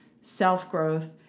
self-growth